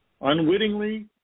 Unwittingly